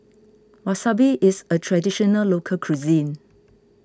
Wasabi is a Traditional Local Cuisine